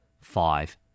five